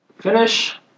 Finish